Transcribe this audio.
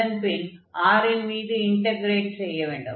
அதன் பின் R ன் மீது இன்டக்ரேட் செய்ய வேண்டும்